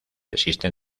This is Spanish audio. existen